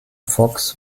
fox